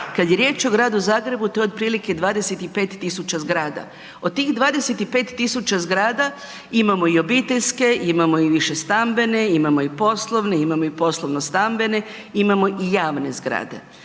Kad je riječ o Gradu Zagrebu to je otprilike 25.000 zgrada. Od tih 25.000 zgrada imamo i obiteljske, imamo i višestambene, imamo i poslovne, imamo i poslovno-stambene, imamo i javne zgrade.